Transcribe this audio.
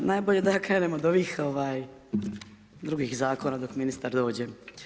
Najbolje da ja krenem od ovih drugih zakona dok ministar dođe.